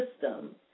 system